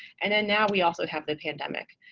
and then now, we also have the pandemic.